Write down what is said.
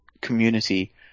community